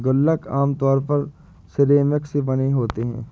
गुल्लक आमतौर पर सिरेमिक से बने होते हैं